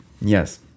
Yes